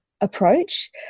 approach